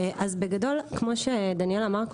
בגדול כמו שדניאל אמר,